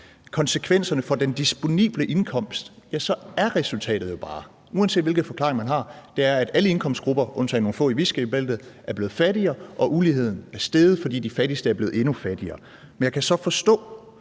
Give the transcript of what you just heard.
konsekvenserne for den disponible indkomst, ja, så er resultatet jo bare – uanset hvilken forklaring man har – at alle indkomstgrupper undtagen nogle få i Whiskybæltet er blevet fattigere, og at uligheden er steget, fordi de fattigste er blevet endnu fattigere. Men jeg kan så forstå,